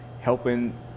helping